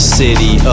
city